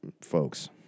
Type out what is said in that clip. Folks